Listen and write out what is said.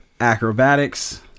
Acrobatics